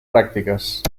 pràctiques